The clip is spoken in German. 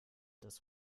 das